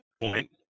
point